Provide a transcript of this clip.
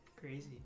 crazy